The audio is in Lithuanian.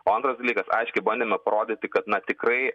o antras dalykas aiškiai bandėme parodyti kad na tikrai